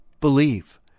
believe